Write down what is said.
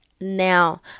now